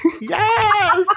Yes